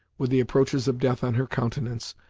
with the approaches of death on her countenance,